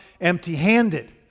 empty-handed